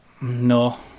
No